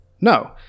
No